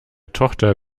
tochter